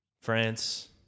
france